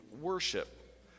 worship